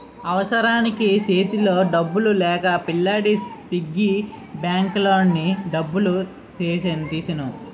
అవసరానికి సేతిలో డబ్బులు లేక పిల్లాడి పిగ్గీ బ్యాంకులోని డబ్బులు తీసెను